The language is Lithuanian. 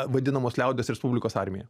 vadinamos liaudies respublikos armija